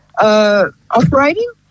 operating